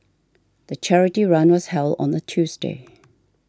the charity run was held on a Tuesday